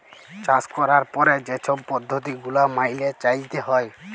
চাষ ক্যরার পরে যে ছব পদ্ধতি গুলা ম্যাইলে চ্যইলতে হ্যয়